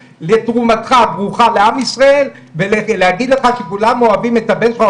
לתרומתך הברוכה לעם ישראל ולהגיד לך שכולם אוהבים את הבן שלך,